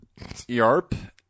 Yarp